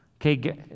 Okay